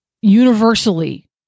universally